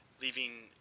leaving